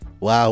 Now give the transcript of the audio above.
Wow